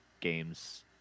games